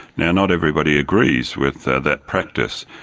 now, not everybody agrees with that practice,